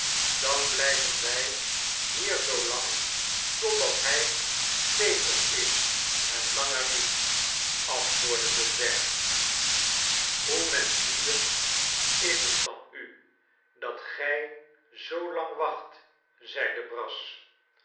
dan blijven wij hier zoolang totdat hij beter is en langer niet antwoordde de dwerg hoe menschlievend is het van u dat gij zoolang wacht zeide brass